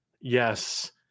Yes